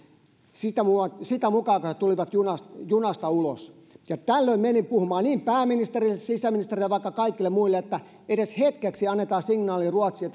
sitä mukaa kun he tulivat junasta junasta ulos ja tällöin menin puhumaan pääministerille sisäministerille vaikka kenelle muille että edes hetkeksi annetaan signaali ruotsiin